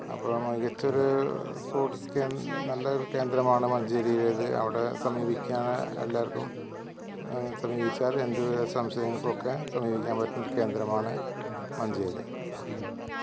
അപ്പം മികച്ച ഒരു സ്പോര്ട്സ് കേ നല്ല ഒരു കേന്ദ്രമാണ് മഞ്ചേരിയിലേത് അവിടെ സമീപിക്കാന് എല്ലാര്ക്കും സമീപിച്ചാല് എന്തുവിധ സംശയങ്ങൾക്കൊക്കെ സമീപിക്കാന് പറ്റുന്ന ഒരു കേന്ദ്രമാണ് മഞ്ചേരി